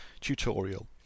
tutorial